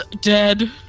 Dead